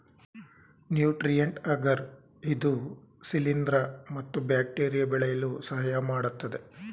nutrient agar ಇದು ಶಿಲಿಂದ್ರ ಮತ್ತು ಬ್ಯಾಕ್ಟೀರಿಯಾ ಬೆಳೆಯಲು ಸಹಾಯಮಾಡತ್ತದೆ